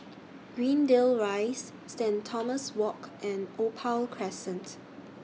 Greendale Rise Saint Thomas Walk and Opal Crescent